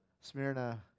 Smyrna